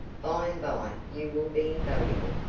by-and-by you will be invaluable.